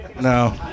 No